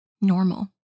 Normal